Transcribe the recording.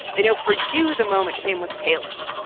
i know for you the moment came with palin.